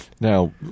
Now